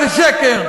איזה שקר.